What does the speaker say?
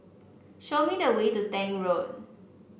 show me the way to Tank Road